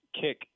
kick